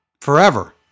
Forever